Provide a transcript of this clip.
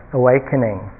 awakening